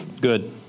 Good